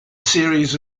series